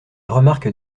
remarques